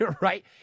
right